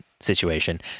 situation